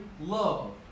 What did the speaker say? love